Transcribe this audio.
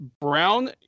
Brown